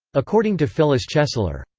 according to phyllis chesler,